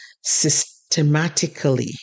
systematically